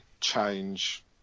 change